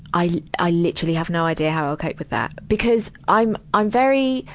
i, i literally have no idea how i'll cope with that. because i'm, i'm very,